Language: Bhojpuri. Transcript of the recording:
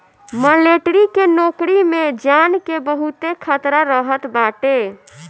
मलेटरी के नोकरी में जान के बहुते खतरा रहत बाटे